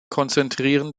konzentrieren